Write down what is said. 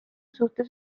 suhtes